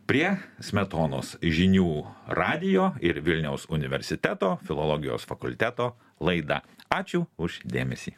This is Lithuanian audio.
prie smetonos žinių radijo ir vilniaus universiteto filologijos fakulteto laida ačiū už dėmesį